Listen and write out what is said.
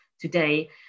today